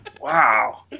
Wow